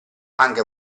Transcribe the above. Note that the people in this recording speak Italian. anche